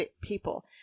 people